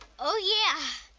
oh, yeah.